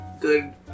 good